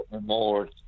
more